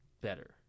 better